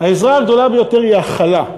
העזרה הגדולה ביותר היא הכלה,